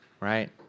right